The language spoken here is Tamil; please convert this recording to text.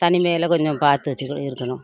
தனிமையில் கொஞ்சம் பார்த்து வச்சுட்டு இருக்கணும்